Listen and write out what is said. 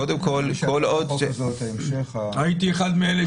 קודם כל, כל עוד --- הייתי אחד מאלה